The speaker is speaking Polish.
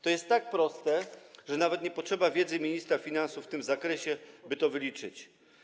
To jest tak proste, że nawet nie potrzeba wiedzy ministra finansów w tym zakresie, by to wyliczyć.